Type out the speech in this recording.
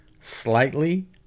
slightly